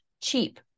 cheap